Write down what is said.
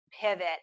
pivot